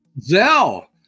Zell